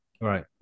right